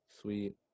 sweet